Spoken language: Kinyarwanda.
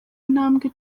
intambwe